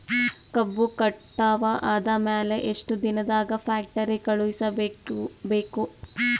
ಕಬ್ಬು ಕಟಾವ ಆದ ಮ್ಯಾಲೆ ಎಷ್ಟು ದಿನದಾಗ ಫ್ಯಾಕ್ಟರಿ ಕಳುಹಿಸಬೇಕು?